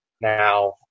now